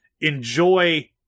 enjoy